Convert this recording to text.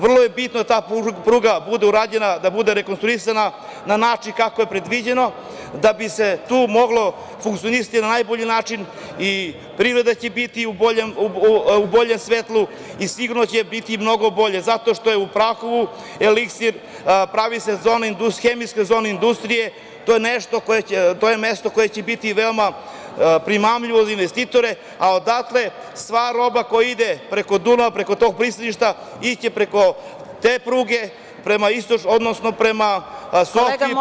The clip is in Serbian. Vrlo je bitno da ta pruga bude urađena, da bude rekonstruisana na način kako je predviđeno, da bi se tu moglo funkcionisati na najbolji način, jer će i privreda biti u boljem svetlu i sigurno će biti mnogo bolje, zato što je u Prahovu eliksir, pravi se zona hemijska zona industrije i to je mesto koje će biti veoma primamljivo za investitore, a odatle sva roba koja ide preko Dunava, preko tog pristaništa, ići će preko te pruge, prema Sofiji, Makedoniji, itd.